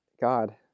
God